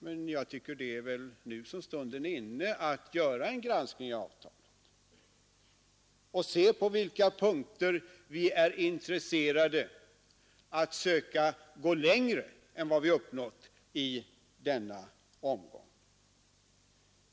Men det är väl nu stunden är inne att göra en granskning av avtalet och se på vilka punkter vi är intresserade att söka komma längre än i denna omgång.